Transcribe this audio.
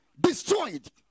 destroyed